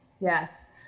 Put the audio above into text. Yes